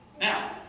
Now